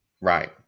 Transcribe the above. Right